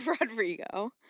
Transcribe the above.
Rodrigo